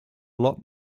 lot